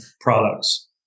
products